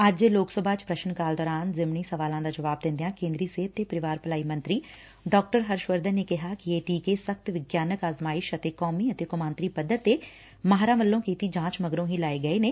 ਅੱਜ ਲੋਕ ਸਭਾ ਚ ਪ੍ਰਸ਼ਨ ਕਾਲ ਦੌਰਾਨ ਜ਼ਿਮਣੀ ਸਵਾਨਾਂ ਦਾ ਜਵਾਬ ਦਿੰਦਿਆਂ ਕੇਂਦਰੀ ਸਿਹਤ ਤੇ ਪਰਿਵਾਰ ਭਲਾਈ ਮੰਤਰੀ ਡਾ ਹਰਸ਼ਵਰਧਨ ਨੇ ਕਿਹਾ ਕਿ ਇਹ ਟੀਕੇ ਸਖ਼ਤ ਵਿਗਿਆਨਕ ਆਜ਼ਮਾਇਸ਼ ਅਤੇ ਕੌਮੀ ਅਤੇ ਕੌਮਾਂਤਰੀ ਪੱਧਰ ਤੇ ਮਾਹਿਰਾਂ ਵੱਲੋਂ ਕੀਤੀ ਜਾਂਚ ਮਗਰੋਂ ਹੀ ਲਾਏ ਗਏ ਨੇ